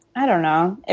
i don't know.